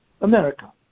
America